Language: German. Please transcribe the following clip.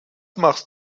machst